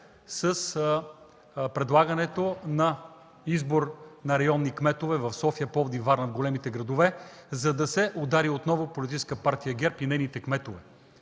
с предлагането на избор на районни кметове в София, Пловдив, Варна, големите градове, за да се удари отново Политическа партия ГЕРБ и нейните кметове.